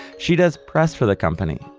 she does press for the company,